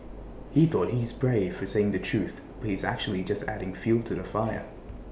he thought he's brave for saying the truth but he's actually just adding fuel to the fire